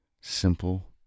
simple